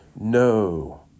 No